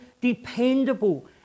dependable